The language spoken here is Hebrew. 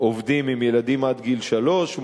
עובדים עם ילדים עד גיל שלוש,